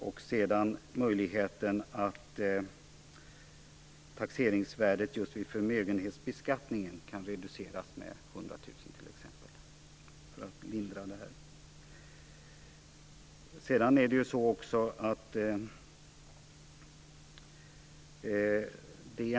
Sedan undrar jag över möjligheten att man reducerar taxeringsvärdet vid förmögenhetsbeskattningen med t.ex. 100 000 för att åstadkomma en lindring.